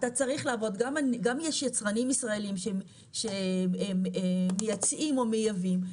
יש גם יצרנים ישראלים שהם מייצאים או מייבאים,